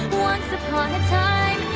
once upon a time